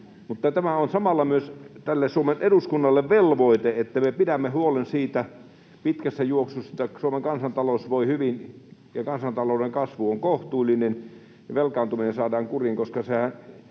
tämä on samalla myös Suomen eduskunnalle velvoite, että me pidämme huolen pitkässä juoksussa siitä, että Suomen kansantalous voi hyvin ja kansantalouden kasvu on kohtuullinen ja velkaantuminen saadaan kuriin, koska vaikka